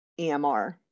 EMR